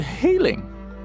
healing